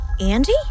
Andy